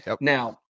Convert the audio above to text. Now